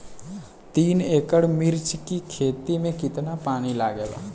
तीन एकड़ मिर्च की खेती में कितना पानी लागेला?